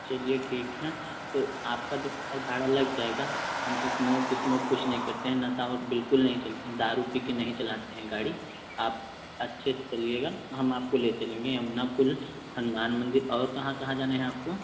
चलिए ठीक हैं तो आप का जो भाड़ा लग जाएगा हम इस्मोक इस्मोक कुछ नहीं करते हैं नशा और बिलकुल नहीं चलते हैं दारु पीकर नहीं चलाते हैं गाड़ी आप अच्छे से चलिएगा हम आपको ले चलेंगे यमुना पुल हनुमान मंदिर और कहाँ कहाँ जाने हैं आपको